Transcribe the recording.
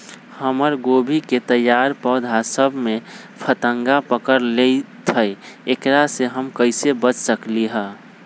हमर गोभी के तैयार पौधा सब में फतंगा पकड़ लेई थई एकरा से हम कईसे बच सकली है?